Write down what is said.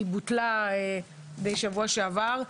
היא בוטלה בשבוע שעבר,